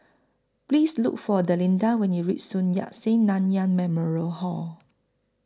Please Look For Delinda when YOU REACH Sun Yat Sen Nanyang Memorial Hall